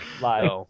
live